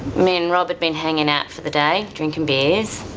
me and rob had been hanging out for the day, drinking beers,